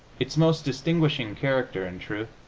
its most distinguishing character, in truth,